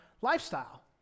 lifestyle